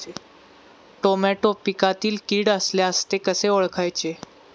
Tomato पिकातील कीड असल्यास ते कसे ओळखायचे?